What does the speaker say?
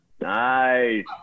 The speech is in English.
Nice